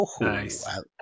Nice